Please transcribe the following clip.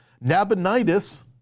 Nabonidus